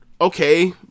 Okay